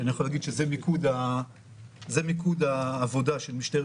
אני יכול להגיד שזה מיקוד העבודה של משטרת